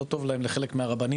לא טוב להם לחלק מהרבנים,